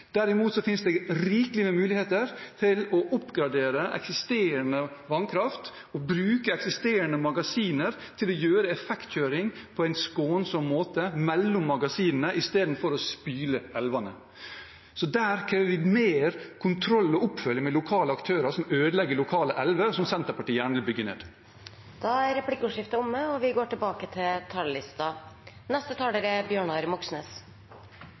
Derimot finnes det rikelig med muligheter for å oppgradere eksisterende vannkraft og bruke eksisterende magasiner til å gjøre effektkjøring på en skånsom måte mellom magasinene i stedet for å spyle elvene. Så på dette området krever vi mer kontroll og oppfølging av lokale aktører som ødelegger lokale elver, som Senterpartiet gjerne vil bygge ned. Replikkordskiftet er omme. I 1909 vedtok Stortinget at vannkraften tilhørte folket og skulle komme fellesskapet til